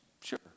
sure